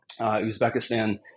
Uzbekistan